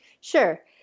Sure